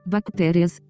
Bactérias